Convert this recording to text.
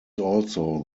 also